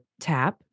tap